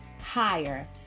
higher